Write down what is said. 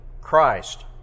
Christ